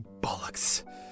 bollocks